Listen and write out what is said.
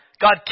God